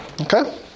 okay